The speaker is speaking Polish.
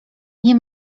nie